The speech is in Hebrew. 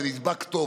זה נדבק טוב,